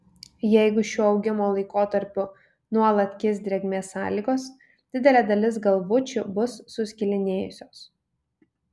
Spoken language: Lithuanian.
jeigu šiuo augimo laikotarpiu nuolat kis drėgmės sąlygos didelė dalis galvučių bus suskilinėjusios